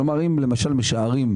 כלומר אם למשל משערים,